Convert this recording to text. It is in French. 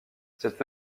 cette